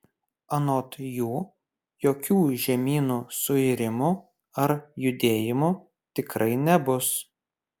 anot jų jokių žemynų suirimų ar judėjimų tikrai nebus